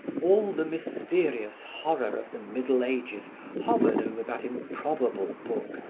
all the mysterious horror of the middle ages hovered over that improbable book,